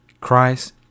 Christ